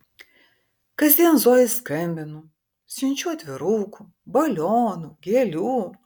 kasdien zojai skambinu siunčiu atvirukų balionų gėlių